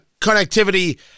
connectivity